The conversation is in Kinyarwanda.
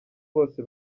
bose